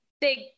big